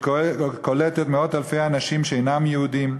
שקולטת מאות אלפי אנשים שאינם יהודים.